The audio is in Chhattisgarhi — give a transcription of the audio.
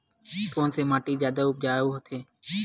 कोन से माटी जादा उपजाऊ होथे?